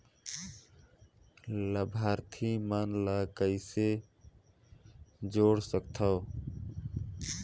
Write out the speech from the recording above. लाभार्थी मन ल कइसे जोड़ सकथव?